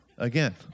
Again